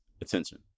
attention